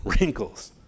wrinkles